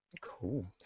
cool